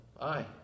Aye